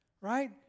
right